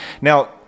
Now